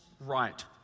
right